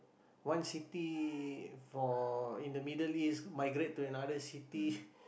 one city for in the middle city migrate to another city